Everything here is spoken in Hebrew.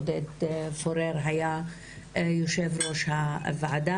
עודד פורר היה יושב ראש הוועדה.